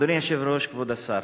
אדוני היושב-ראש, כבוד השר,